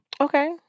Okay